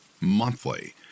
monthly